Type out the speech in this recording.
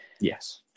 Yes